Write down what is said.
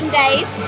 days